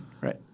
right